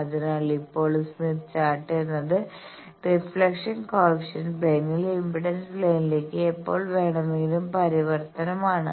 അതിനാൽ ഇപ്പോൾ Smith chart എന്നത് റിഫ്ലക്ഷൻ കോയെഫിഷ്യന്റ് പ്ലെയിനിൽ നിന്ന് ഇംപെഡൻസ് പ്ലെയിനിലേക്ക് എപ്പോൾ വേണമെങ്കിലുമുള്ള പരിവർത്തനമാണ്